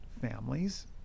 families